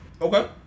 Okay